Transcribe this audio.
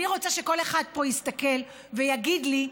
אני רוצה שכל אחד פה יסתכל ויגיד לי,